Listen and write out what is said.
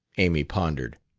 amy pondered.